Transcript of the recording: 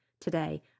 today